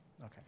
Okay